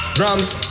Drums